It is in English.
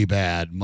bad